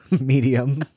medium